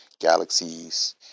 galaxies